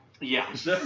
Yes